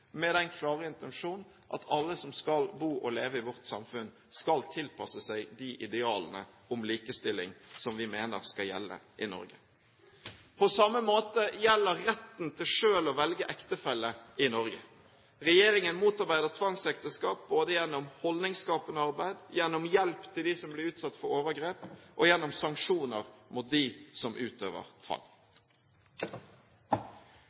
med den klare intensjon at alle som skal bo og leve i vårt samfunn, skal tilpasse seg de idealene om likestilling som vi mener skal gjelde i Norge. På samme måten gjelder retten til selv å velge ektefelle i Norge. Regjeringen motarbeider tvangsekteskap gjennom holdningsskapende arbeid, gjennom hjelp til dem som blir utsatt for overgrep, og gjennom sanksjoner mot dem som utøver tvang.